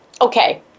Okay